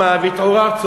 אולי תתעוררו